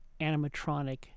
animatronic